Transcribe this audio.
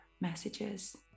messages